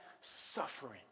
suffering